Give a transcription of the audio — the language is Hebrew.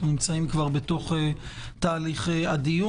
אנו כבר נמצאים בתהליכי הדיון.